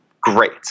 great